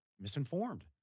misinformed